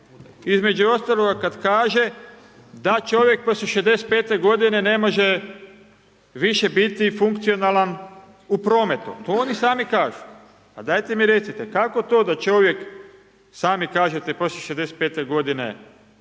između ostaloga kada kaže da čovjek poslije 65 g. ne može više biti funkcionalan u prometu, pa oni sami kažu. Pa dajte mi recite, kako to da čovjek, sami kažete poslije 65 g. predstavlja problem